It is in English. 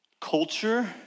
culture